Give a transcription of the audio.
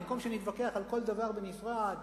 במקום שנתווכח על כל דבר בנפרד,